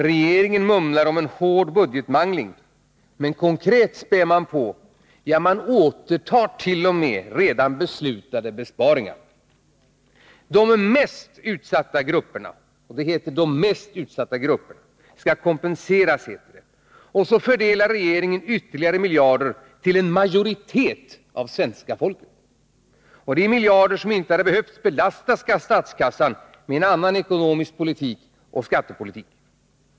Regeringen mumlar om en hård budgetmangling, men konkret spär man på — ja, man återtar t.o.m. redan beslutade besparingar. De mest utsatta grupperna skall kompenseras, heter det, och så fördelar regeringen ytterligare miljarder till en majoritet av svenska folket — miljarder som icke hade behövt belasta statskassan med en annan ekonomisk politik och skattepolitik.